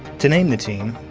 to name the team,